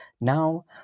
now